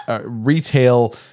Retail